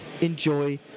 enjoy